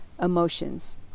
emotions